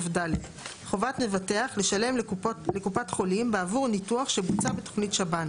חובת מבטח לשלם לקופת חולים בעבור ניתוח שבוצע בתוכנית שב"ן